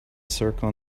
circle